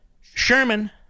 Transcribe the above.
Sherman